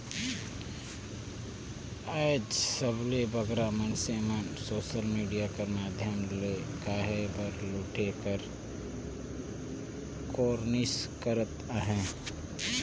आएज सबले बगरा मइनसे मन सोसल मिडिया कर माध्यम ले कहे बर लूटे कर कोरनिस करत अहें